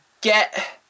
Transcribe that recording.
get